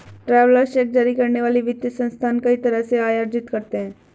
travellers cheque जारी करने वाले वित्तीय संस्थान कई तरह से आय अर्जित करते हैं